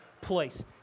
place